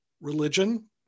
religion